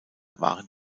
waren